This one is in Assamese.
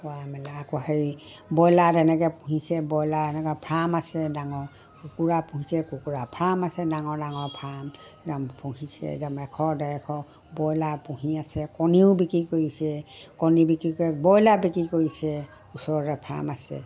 মেলাই আকৌ হেৰি ব্ৰইলাৰ তেনেকে পুহিছে ব্ৰইলাৰ এনেকে ফাৰ্ম আছে ডাঙৰ কুকুৰা পুহিছে কুকুৰা ফাৰ্ম আছে ডাঙৰ ডাঙৰ ফাৰ্ম একদম পুহিছে একদম এশ ডেৰণ ব্ৰইলাৰ পুহি আছে কণীও বিক্ৰী কৰিছে কণী বিক্ৰী কৰে ব্ৰইলাৰ বিক্ৰী কৰিছে ওচৰতে ফাৰ্ম আছে